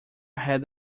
had